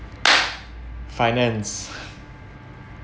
finance